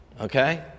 Okay